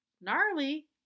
Gnarly